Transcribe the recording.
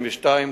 32,